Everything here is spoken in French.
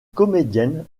comédienne